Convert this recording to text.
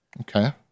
Okay